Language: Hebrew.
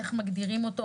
איך מגדירים אותו,